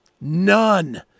none